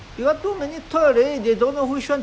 can't afford to buy so many toys for their kids